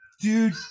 Dude